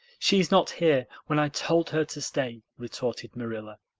she's not here when i told her to stay, retorted marilla.